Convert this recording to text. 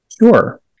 Sure